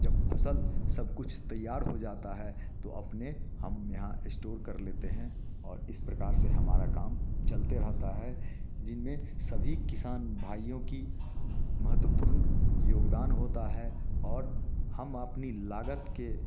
जब फसल सब कुछ तैयार हो जाता है तो अपने हम यहाँ स्टोर कर लेते हैं और इस प्रकार से हमारा काम चलते रहता है जनमें सभी किसान भाइयों की महत्वपूर्ण योगदान होता है और हम अपनी लागत के